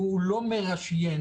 שהוא לא מרשיין,